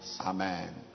amen